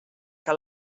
que